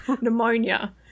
pneumonia